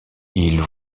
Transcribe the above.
ils